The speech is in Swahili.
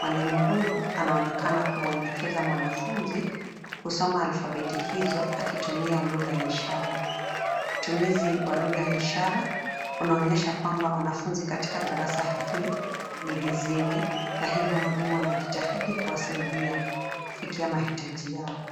Mwalimu huyo anaonekana kumwelekeza mwanafunzi, kusoma alfabeti hizo akitumia lugha ya ishara. Utumizi wa lugha ya ishara, unaonyesha kwamba wanafunzi katika darasa hili ni viziwi, na hivyo mwalimu anajitahidi kuwasaidia kufikia mahitaji yao.